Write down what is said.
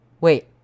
wait